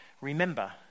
remember